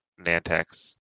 Nantex